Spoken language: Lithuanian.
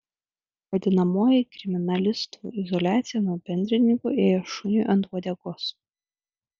vadinamoji kriminalistų izoliacija nuo bendrininkų ėjo šuniui ant uodegos